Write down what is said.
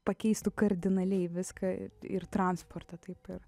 pakeistų kardinaliai viską ir transportą taip ir